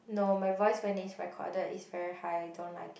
no my voice when it's recorded is very high I don't like it